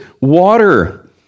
water